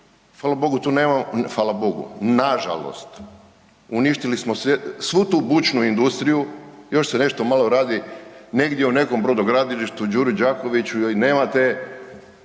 fala Bogu tu nemamo, fala Bogu, nažalost uništili smo sve, svu tu bučnu industriju, još se nešto malo radi negdje u nekom brodogradilištu Đuri Đakoviću ili nemate